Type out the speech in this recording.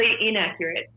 inaccurate